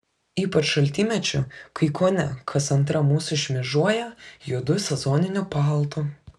ypač šaltymečiu kai kone kas antra mūsų šmėžuoja juodu sezoniniu paltu